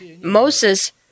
Moses